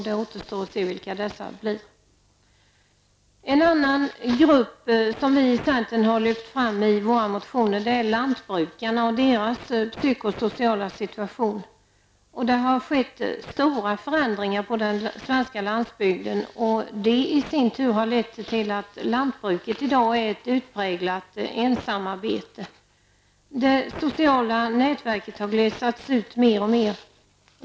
Det återstår att se vilka dessa blir. En annan grupp som vi i centern har lyft fram i våra motioner är lantbrukarna och deras psykosociala situation. Det har skett stora förändringar på den svenska landsbygden. Det har i sin tur lett till att lantbruket i dag är ett utpräglat ensamarbete. Det sociala nätverket har glesats ut mer och mer.